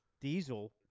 diesel